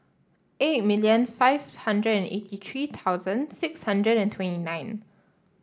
eight million five hundred and eighty three thousand six hundred and twenty nine